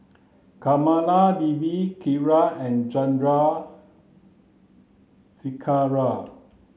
Kamaladevi Kiran and Chandrasekaran